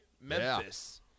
Memphis